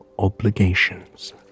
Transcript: obligations